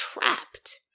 trapped